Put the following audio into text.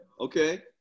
okay